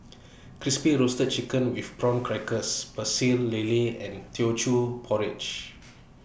Crispy Roasted Chicken with Prawn Crackers Pecel Lele and Teochew Porridge